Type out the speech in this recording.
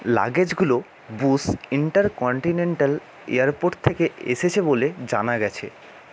লাগেজগুলো Bush intercontinental airport থেকে এসেছে বলে জানা গেছে